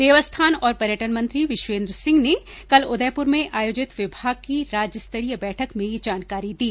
देवस्थान और पर्यटन मंत्री विश्वेंद्र सिंह ने कल उदयपुर में आयोजित विभाग की राज्यस्तरीय बैठक में ये जानकारी दी